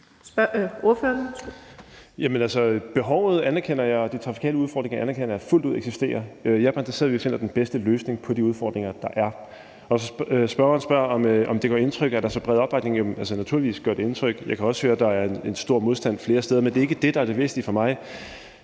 behovet anerkender jeg, og de trafikale udfordringer anerkender jeg fuldt ud eksisterer. Jeg er bare interesseret i, at vi finder den bedste løsning på de udfordringer, der er. Og spørgeren spørger, om det gør indtryk, at der er så bred opbakning. Naturligvis gør det indtryk. Jeg kan også høre, at der er en stor modstand flere steder, men det er ikke det, der er det væsentlige for mig.